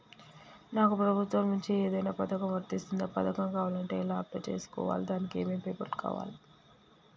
నాకు ప్రభుత్వం నుంచి ఏదైనా పథకం వర్తిస్తుందా? పథకం కావాలంటే ఎలా అప్లై చేసుకోవాలి? దానికి ఏమేం పేపర్లు కావాలి?